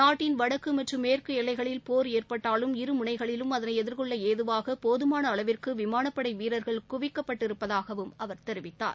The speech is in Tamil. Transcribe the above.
நாட்டின் வடக்கு மற்றும் மேற்கு எல்லைகளில் போர் ஏற்பட்டாலும் இரு முனைகளிலும் அதனை எதிர்கொள்ள ஏதுவாக போதமான அளவிற்கு விமானப்படை வீரர்கள் குவிக்கப்பட்டு இருப்பதாகவும் அவர் தெரிவித்தார்